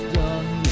done